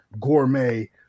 gourmet